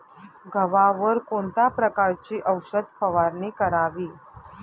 गव्हावर कोणत्या प्रकारची औषध फवारणी करावी?